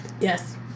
Yes